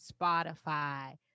Spotify